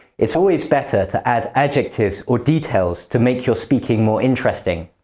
it's always better to add adjectives or details to make your speaking more interesting.